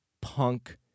punk